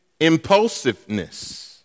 impulsiveness